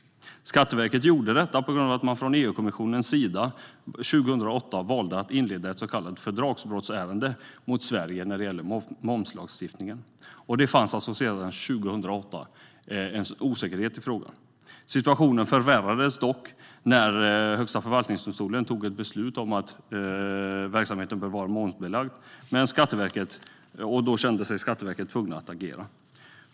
Skatteverket gjorde detta på grund av att man från EUkommissionens sida år 2008 inledde ett så kallat fördragsbrottsärende mot Sverige när det gällde momslagstiftningen. Det fanns alltså redan 2008 en osäkerhet i frågan. Situationen förvärrades dock när Högsta förvaltningsdomstolen tog ett beslut om att verksamheten bör vara momsbelagd, då Skatteverket kände sig tvunget att agera.